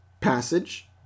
passage